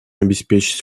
обеспечить